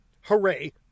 Hooray